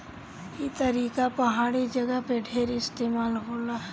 ई तरीका पहाड़ी जगह में ढेर इस्तेमाल होला